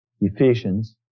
Ephesians